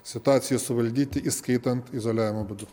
situaciją suvaldyti įskaitant izoliavimo būdu